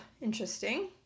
interesting